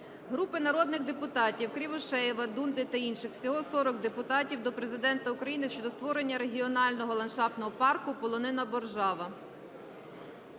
Групи народних депутатів (Кривошеєва, Дунди та інших, всього 40 депутатів) до Президента України щодо створення регіонального ландшафтного парку "Полонина Боржава".